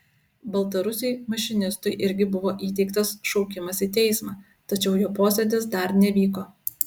baltarusiui mašinistui irgi buvo įteiktas šaukimas į teismą tačiau jo posėdis dar nevyko